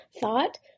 thought